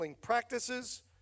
practices